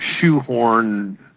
shoehorn